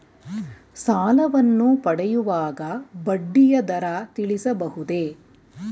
ಸಾಲವನ್ನು ಪಡೆಯುವಾಗ ಬಡ್ಡಿಯ ದರ ತಿಳಿಸಬಹುದೇ?